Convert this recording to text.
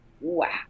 wow